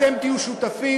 אתם תהיו שותפים,